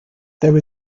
there